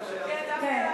כן,